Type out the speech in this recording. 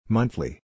Monthly